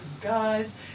guys